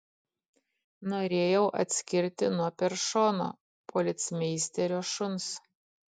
norėjau atskirti nuo peršono policmeisterio šuns